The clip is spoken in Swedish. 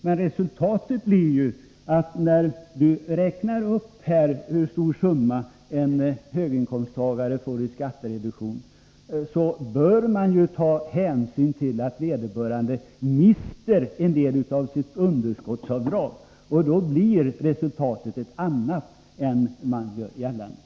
När Tommy Franzén räknar upp hur stora summor höginkomsttagare får i skattereduktion, bör han ta hänsyn till att vederbörande mister en del av sitt underskottsavdrag. Då blir resultatet annat än man gör gällande.